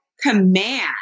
command